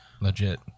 Legit